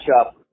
up